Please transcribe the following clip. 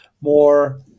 more